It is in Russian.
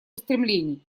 устремлений